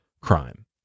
crime